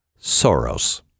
Soros